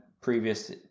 previous